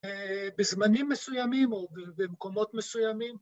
אה.. ‫בזמנים מסוימים או במקומות מסוימים.